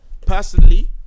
Personally